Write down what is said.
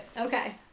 okay